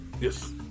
Yes